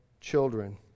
children